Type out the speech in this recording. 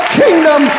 kingdom